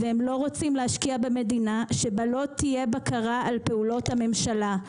והם לא רוצים להשקיע במדינה שבה לא תהיה בקרה על פעולות הממשלה,